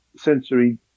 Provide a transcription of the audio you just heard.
sensory